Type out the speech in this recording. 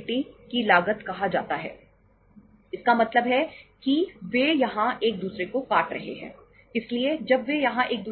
illiquidity का इष्टतम स्तर